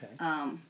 Okay